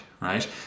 right